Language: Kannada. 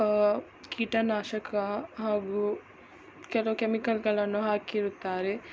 ಕೀಟನಾಶಕ ಹಾಗೂ ಕೆಲವು ಕೆಮಿಕಲ್ಗಳನ್ನು ಹಾಕಿರುತ್ತಾರೆ